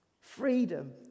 Freedom